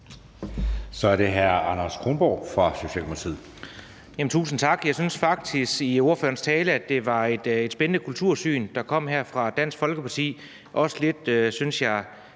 er hr. Anders Kronborg fra Socialdemokratiet.